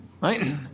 right